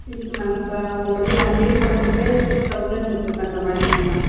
இருக்கு மேம் இப்போ உங்களுக்கு வந்து ஒன் டே வந்துட்டு சிக்ஸ் தௌசண்ட் நீங்கள் பே பண்ணுறமாரி இருக்கும் மேம்